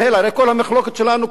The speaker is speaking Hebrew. הרי כל המחלוקת שלנו,